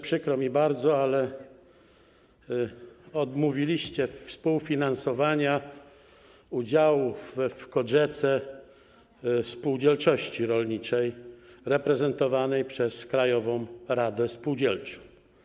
Przykro mi bardzo, ale odmówiliście współfinansowania udziałów w COGECA spółdzielczości rolniczej reprezentowanej przez Krajową Radę Spółdzielczą.